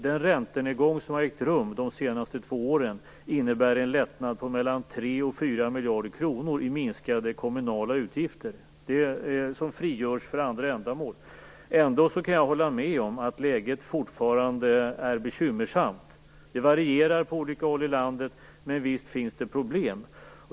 Den räntenedgång som har ägt rum de senaste två åren innebär en lättnad på mellan 3 och 4 miljarder kronor i minskade kommunala utgifter, pengar som frigörs för andra ändamål. Ändå kan jag hålla med om att läget fortfarande är bekymmersamt. Det varierar på olika håll i landet, men visst finns det problem.